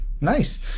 nice